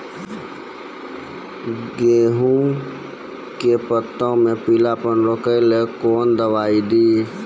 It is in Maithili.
गेहूँ के पत्तों मे पीलापन रोकने के कौन दवाई दी?